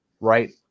right